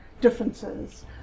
differences